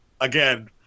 again